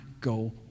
go